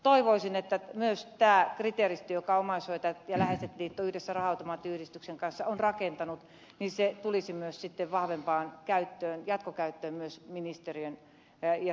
toivoisin että myös tämä kriteeristö jonka omaishoitajat ja läheiset liitto yhdessä raha automaattiyhdistyksen kanssa on rakentanut tulisi myös sitten vahvempaan jatkokäyttöön myös ministeriön päiviä